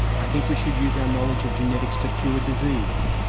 i think we should use our knowledge of genetics to cure disease,